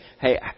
hey